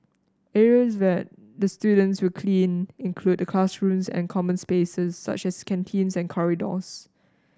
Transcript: areas that the students will clean include the classrooms and common spaces such as canteens and corridors